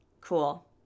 cool